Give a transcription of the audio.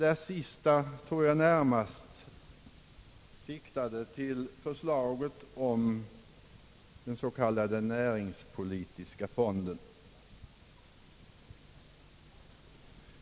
Det sista tror jag närmast siktade till förslaget om den s.k. näringspolitiska fonden.